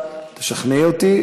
תשכנעי אותי.